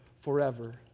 forever